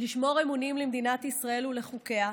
לשמור אמונים למדינת ישראל ולחוקיה,